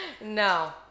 No